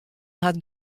hat